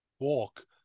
walk